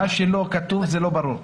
מה שלא כתוב, זה לא ברור.